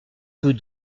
tout